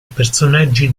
personaggi